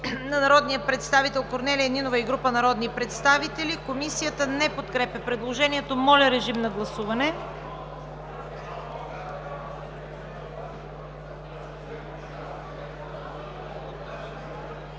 на народния представител Корнелия Нинова и група народни представители, което не се подкрепя от Комисията. Моля, режим на гласуване.